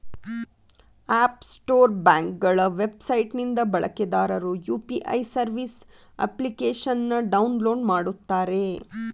app store ಬ್ಯಾಂಕ್ಗಳ website ನಿಂದ ಬಳಕೆದಾರರು ಯು.ಪಿ.ಐ ಸರ್ವಿಸ್ ಅಪ್ಲಿಕೇಶನ್ನ ಡೌನ್ಲೋಡ್ ಮಾಡುತ್ತಾರೆ